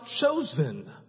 chosen